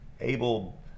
Abel